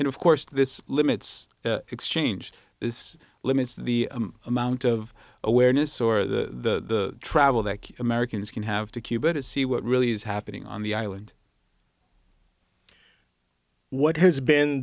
and of course this limits exchange this limits the amount of awareness or the travel that americans can have to cuba to see what really is happening on the island what has been